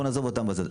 בוא נעזוב אותם בצד.